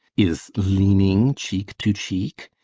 is leaning cheek to cheek?